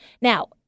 Now